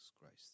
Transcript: Christ